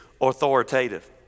authoritative